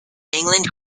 england